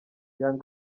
young